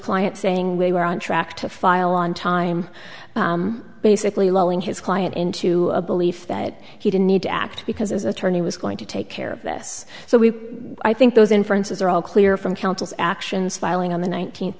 client saying we were on track to file on time basically lowing his client into a belief that he didn't need to act because his attorney was going to take care of this so we i think those inferences are all clear from counsel's actions filing on the nineteenth